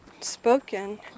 spoken